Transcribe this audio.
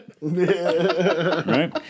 Right